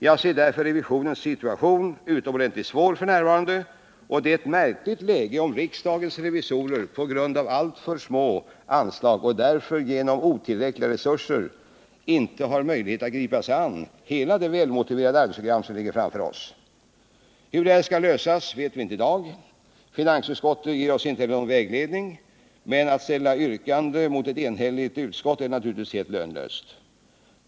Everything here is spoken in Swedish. Jag ser därför revisionens situation som utomordentligt svår f. n., och det är ett märkligt läge om riksdagens revisorer, på grund av alltför små anslag och därför genom otillräckliga resurser, inte har möjlighet att gripa sig an hela det välmotiverade arbetsprogram som ligger framför oss. Hur detta problem skall lösas vet vi inte i dag. Finansutskottet ger oss inte heller någon vägledning, men att ställa yrkande mot ett enhälligt utskott är naturligtvis helt lönlöst.